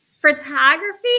Photography